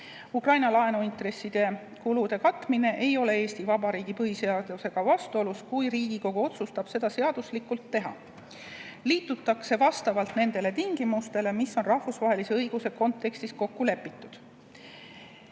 Ukraina laenu intressikulude katmine ei ole Eesti Vabariigi põhiseadusega vastuolus, kui Riigikogu otsustab seda seaduslikult teha. Liitutakse vastavalt nendele tingimustele, mis on rahvusvahelise õiguse kontekstis kokku lepitud.